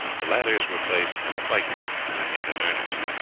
the ladders were placed, and the fight began in earnest.